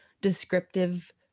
descriptive